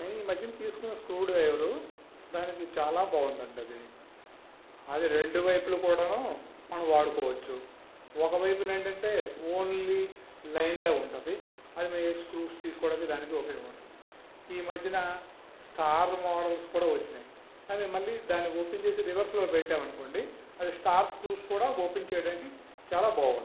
నేను ఈ మధ్య తీసుకున్న స్క్రూడ్రైవరు దానికి చాలా బాగుందండి అది అది రెండు వైపులా కూడా మనం వాడుకోవచ్చు ఒక వైపున ఏందంటే ఓన్లీ లైన్లా ఉంటుంది అది మీ స్క్రోస్ తీసుకోవడానికి దానికి ఉపయోగపడుతుంది ఈ మధ్య స్టార్ మోడల్స్ కూడా వచ్చాయి అది మళ్ళీ దాని ఓపెన్ చేసి రివర్స్లో పెట్టామనుకోండి అవి స్టార్ట్ స్క్రూస్ కూడా ఓపెన్ చేయడానికి చాలా బాగుంది